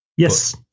Yes